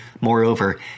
Moreover